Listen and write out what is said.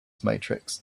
matrix